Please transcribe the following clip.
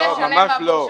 ממש לא.